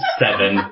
seven